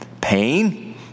pain